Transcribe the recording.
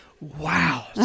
Wow